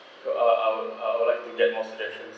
uh ah I will I will like to demonstration